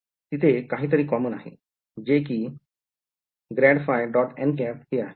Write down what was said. तिथे काहीतरी कॉमन आहे जे कि ∇ϕ · nˆ हे आहे